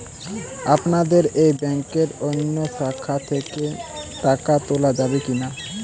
আপনাদের এই ব্যাংকের অন্য শাখা থেকে টাকা তোলা যাবে কি না?